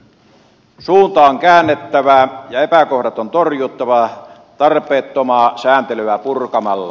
suunta on käännettävä ja epäkohdat on torjuttava tarpeetonta sääntelyä purkamalla